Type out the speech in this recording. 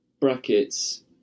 brackets